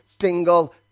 single